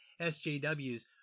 SJWs